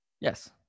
Yes